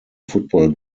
football